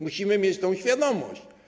Musimy mieć tę świadomość.